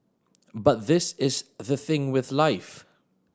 but this is the thing with life